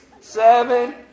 seven